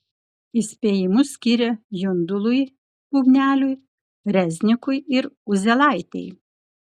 įspėjimus skyrė jundului bubneliui reznikui ir uzielaitei